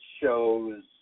shows